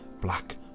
black